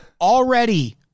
already